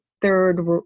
third